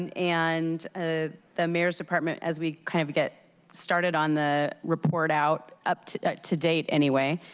and and ah the mayor's department as we kind of get started on the report out up to to date any way.